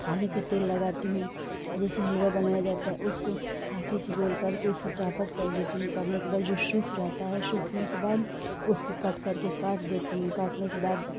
थाली पर तेल लगाती हूँ जैसे हलवा बनाया जाता है उसको हाथों से गोल करके उसको चौपट कर देती हूँ करने के बाद जो सूख जाता है सूखने के बाद उसको कट करके काट देती हूँ काटने के बाद